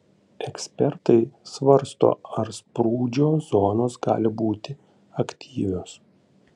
ekspertai svarsto ar sprūdžio zonos gali būti aktyvios